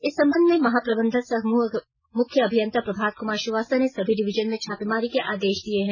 इस संबंध में महाप्रबंधक सह मुख्य अभियंता प्रभात कुमार श्रीवास्तव ने सभी डिवीजन में छापेमारी के आदेश दिये हैं